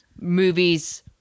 movies